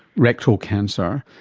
rectal cancer,